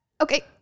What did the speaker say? okay